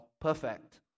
perfect